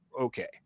okay